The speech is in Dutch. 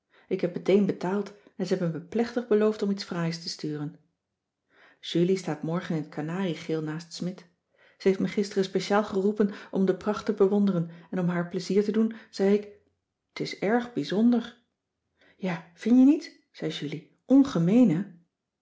ik heb meteen betaald en ze hebben me plechtig beloofd om iets fraais te sturen julie staat morgen in t kanariegeel naast smidt ze heeft me gisteren speciaal geroepen om de pracht te bewonderen en om haar pleizier te doen zei ik t is erg bijzonder ja vin je niet zei julie ongemeen